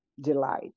delight